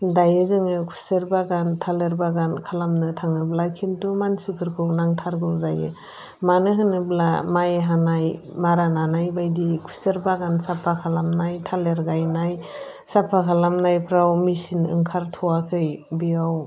दायो जोङो खुसेर बागान थालिर बागान खालामनो थाङोब्ला किन्थु मानसिफोरखौ नांथारगौ जायो मानो होनोब्ला माइ हानाय मारा नानाय बायदि खुसेर बागान साफा खालामनाय थालिर गायनाय साफा खालामनायफ्राव मेसिन ओंखारथ'आखै बेयाव